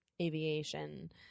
aviation